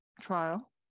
trial